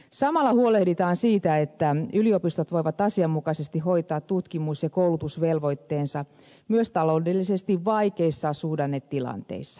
samalla huolehditaan siitä että yliopistot voivat asianmukaisesti hoitaa tutkimus ja koulutusvelvoitteensa myös taloudellisesti vaikeissa suhdannetilanteissa